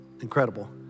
incredible